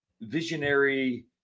visionary